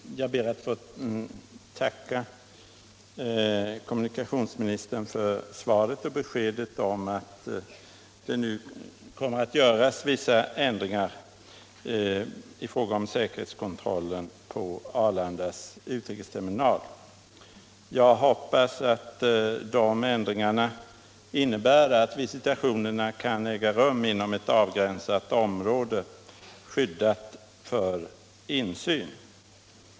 Herr talman! Jag ber att få tacka kommunikationsministern för svaret och för beskedet om att det nu kommer att företas vissa ändringar i fråga om säkerhetskontrollen vid utrikesterminalen på Arlanda flygplats. Jag hoppas att ändringarna innebär att visitationerna kan äga rum inom ett avgränsat område, skyddat för insyn.